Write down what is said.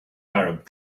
arab